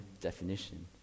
definition